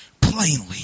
plainly